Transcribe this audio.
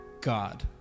God